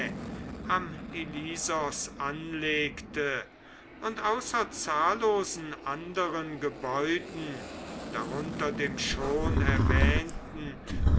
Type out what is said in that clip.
ilisos anlegte und außer zahllosen anderen gebäuden darunter dem schon erwähnten